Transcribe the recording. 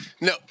No